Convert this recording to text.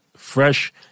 fresh